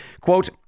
quote